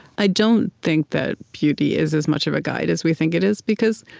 i don't think that beauty is as much of a guide as we think it is, because,